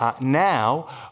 Now